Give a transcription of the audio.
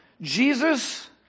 Jesus